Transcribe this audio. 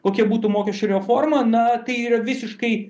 kokia būtų mokesčių reforma na tai yra visiškai